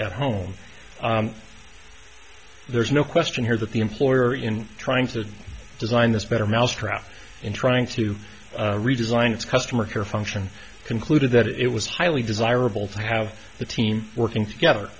at home there's no question here that the employer in trying to design this better mousetrap in trying to redesign its customer care function concluded that it was highly desirable to have the team working together